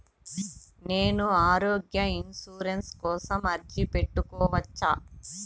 నేను ఆరోగ్య ఇన్సూరెన్సు కోసం అర్జీ పెట్టుకోవచ్చా?